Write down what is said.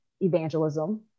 evangelism